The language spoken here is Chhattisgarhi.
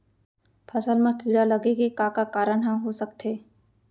फसल म कीड़ा लगे के का का कारण ह हो सकथे?